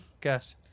guess